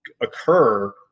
occur